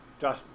Josh